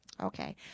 Okay